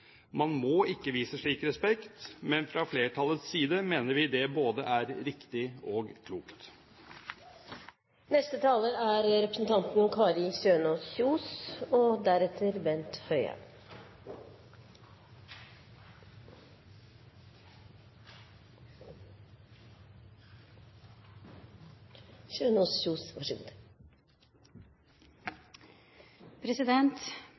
Man må ikke vise slik respekt, men fra flertallets side mener vi det er både riktig og klokt. Den 3. juni 2010 sendte arbeidsministeren ut en pressemelding om ordningen Raskere tilbake. Samfunns- og